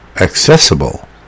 accessible